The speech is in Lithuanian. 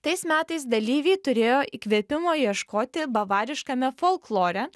tais metais dalyviai turėjo įkvėpimo ieškoti bavariškame folklore